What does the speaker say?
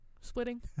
splitting